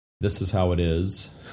this-is-how-it-is